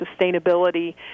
sustainability